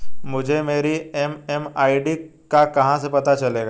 मुझे मेरी एम.एम.आई.डी का कहाँ से पता चलेगा?